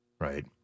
right